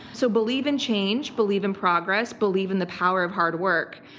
so believe in change, believe in progress, believe in the power of hard work.